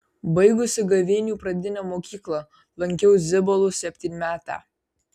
baigusi gavėnių pradinę mokyklą lankiau zibalų septynmetę